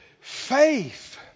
Faith